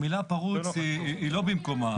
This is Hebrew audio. המילה "פרוץ" לא במקומה,